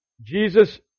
Jesus